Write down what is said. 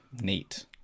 neat